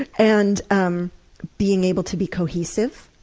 and um being able to be cohesive,